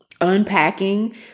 unpacking